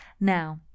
Now